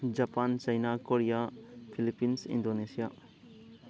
Japan China Korea Philippines Indonesia